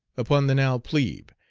upon the now plebe,